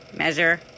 Measure